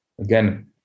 again